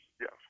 yes